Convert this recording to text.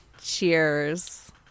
cheers